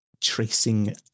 tracing